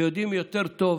ויודעים יותר טוב